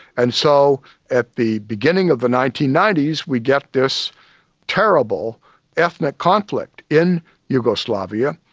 and so at the beginning of the nineteen ninety s, we get this terrible ethnic conflict in yugoslavia.